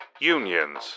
unions